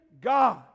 God